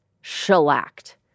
shellacked